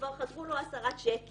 כבר חזרו לו 10 צ'קים,